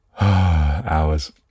hours